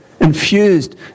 infused